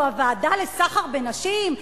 זו הוועדה לסחר בנשים,